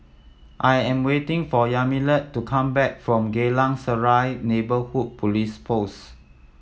I am waiting for Yamilet to come back from Geylang Serai Neighbourhood Police Post